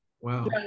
Wow